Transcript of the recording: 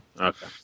Okay